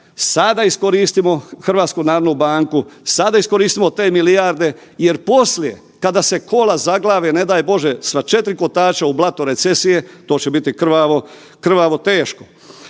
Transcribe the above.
Sada iskoristimo HNB, sada iskoristimo te milijarde jer poslije kada se kola zaglave, ne daj Bože sva 4 kotača u blato recesije, to će biti krvavo,